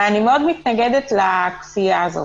אבל אני מאוד מתנגדת לכפייה הזאת.